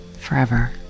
Forever